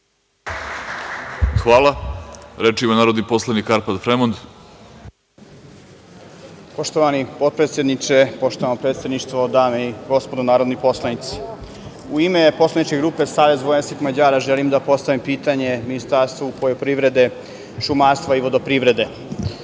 Hvala. Reč ima narodni poslanik Arpad Fremond. **Arpad Fremond** Poštovani potpredsedniče, poštovano predsedništvo, dame i gospodo narodni poslanici, u ime poslaničke grupe Savez vojvođanskih Mađara želim da postavim pitanje Ministarstvu poljoprivrede, šumarstva i vodoprivrede.